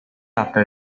after